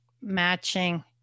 matching